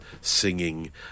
singing